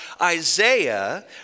Isaiah